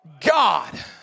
God